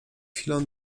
chwilą